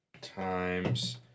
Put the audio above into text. times